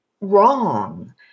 wrong